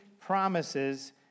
promises